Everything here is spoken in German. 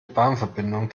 bahnverbindung